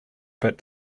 but